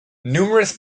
numerous